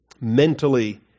mentally